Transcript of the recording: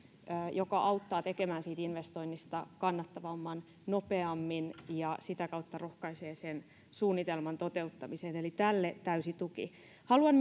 joka auttaa tekemään siitä investoinnista kannattavamman nopeammin ja sitä kautta rohkaisee sen suunnitelman toteuttamiseen eli tälle täysi tuki haluan